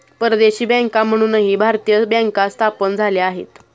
परदेशी बँका म्हणूनही भारतीय बँका स्थापन झाल्या आहेत